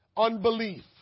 Unbelief